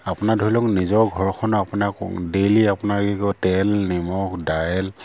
আপোনাৰ ধৰি লওক নিজৰ ঘৰখন আপোনাক ডেইলি আপোনাৰ কি কয় তেল নিমখ দাইল